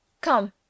Come